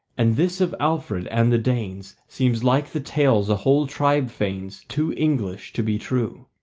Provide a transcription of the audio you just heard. and this of alfred and the danes seems like the tales a whole tribe feigns too english to be true.